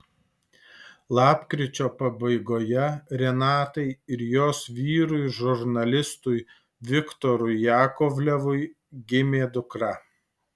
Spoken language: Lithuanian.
lapkričio pabaigoje renatai ir jos vyrui žurnalistui viktorui jakovlevui gimė dukra